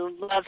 love